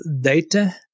data